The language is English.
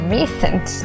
recent